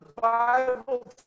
Bible